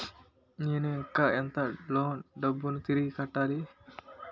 నేను ఇంకా ఎంత లోన్ డబ్బును తిరిగి కట్టాలి?